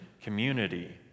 community